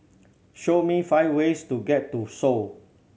show me five ways to get to Seoul